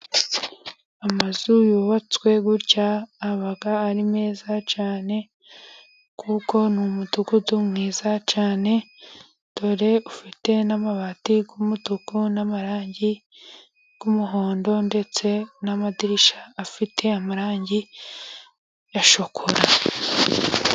Amazu yubatswe gutya aba ari meza cyane, kuko ni umudugudu mwiza cyane, dore ufite n'amabati y'umutuku, n'amarangi y'umuhondo ndetse namadirishya afite amarangi ya shokora.